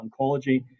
oncology